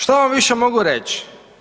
Šta vam više mogu reć?